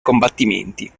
combattimenti